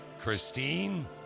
Christine